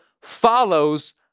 follows